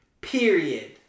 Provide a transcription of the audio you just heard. Period